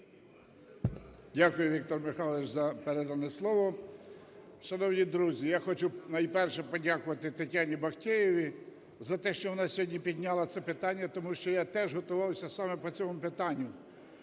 Дякую, Віктор Михайлович, за передане слово. Шановні друзі, я хочу, найперше, подякувати Тетяні Бахтеєвій за те, що вона сьогодні підняла це питання, тому що я теж готувався саме по цьому питанню.